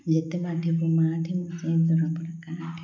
ଯେତେ ମାଠିବୁ ମାଠେ ମୁଁ ସେଇ ଦରପୋଡ଼ା କାଠେ